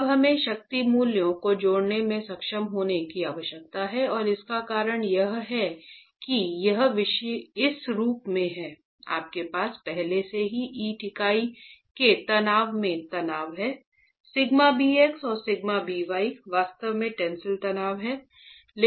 अब हमें शक्ति मूल्यों को जोड़ने में सक्षम होने की आवश्यकता है और इसका कारण यह है कि यह इस रूप में है आपके पास पहले से ही ईंट इकाई के तनाव में तनाव है σ bx और σ by वास्तव में टेंसिल तनाव हैं